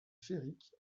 féric